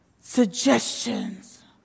suggestions